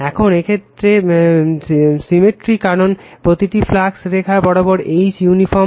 এখন এই ক্ষেত্রে সিনট্রির কারণে প্রতিটি ফ্লাক্স রেখা বরাবর H ইউনিফরম